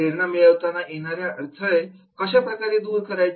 प्रेरणा मिळवताना येणारे अडथळे कशा पद्धतीने दूर करायचे